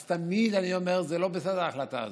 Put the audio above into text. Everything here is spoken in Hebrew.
אז תמיד אני אומר: זה לא בסדר, ההחלטה הזו.